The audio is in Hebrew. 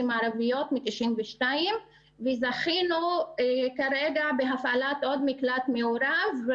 ערביות וזכינו בהפעלת עוד מקלט מעורב.